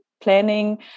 planning